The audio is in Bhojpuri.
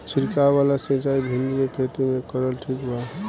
छीरकाव वाला सिचाई भिंडी के खेती मे करल ठीक बा?